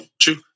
True